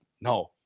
no